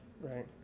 right